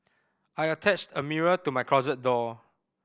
I attached a mirror to my closet door